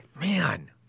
Man